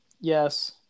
Yes